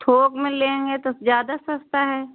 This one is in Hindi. थोक में लेंगे तो ज़्यादा सस्ता है